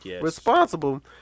responsible